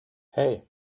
hei